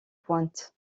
pointe